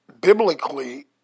biblically